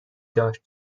داشت